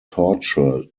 torture